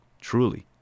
truly